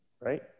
right